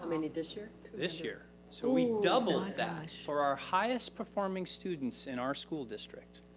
many this year. this year. so we doubled that for our highest performing students in our school district,